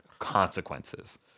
consequences